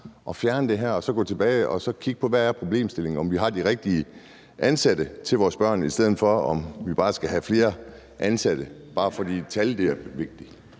at fjerne det her og så kigge på, hvad problemstillingen er, og om vi har de rigtige ansatte til vores børn, i stedet for at vi bare skal have flere ansatte, fordi tal er vigtige?